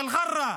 באל-ע'רא?